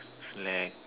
slack